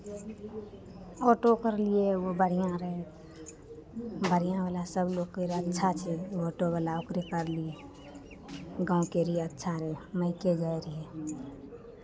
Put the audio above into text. auto करलियै ओ बढ़िआँ रहय बढ़िआँवला सभलोक कहैत रहै अच्छा छै ऑटोवला ओकरे करलियै गाँवके लिए अच्छा रहय मायके जाइत रहियै